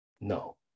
No